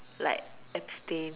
like abstain